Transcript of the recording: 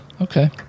Okay